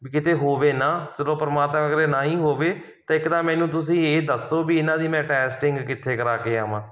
ਵੀ ਕਿਤੇ ਹੋਵੇ ਨਾ ਚਲੋ ਪਰਮਾਤਮਾ ਕਰੇ ਨਾ ਹੀ ਹੋਵੇ ਤਾਂ ਇੱਕ ਤਾਂ ਮੈਨੂੰ ਤੁਸੀਂ ਇਹ ਦੱਸੋ ਵੀ ਇਹਨਾਂ ਦੀ ਮੈਂ ਟੈਸਟਿੰਗ ਕਿੱਥੇ ਕਰਵਾ ਕੇ ਆਵਾਂ